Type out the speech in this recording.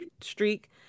streak